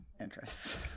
interests